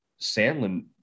sandlin